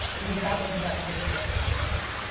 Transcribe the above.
because that one's about to get bananas bananas.